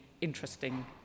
interesting